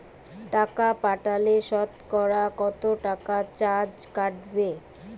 টাকা পাঠালে সতকরা কত টাকা চার্জ কাটবে?